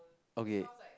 okay